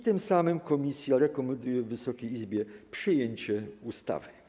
Tym samym komisja rekomenduje Wysokiej Izbie przyjęcie ustawy.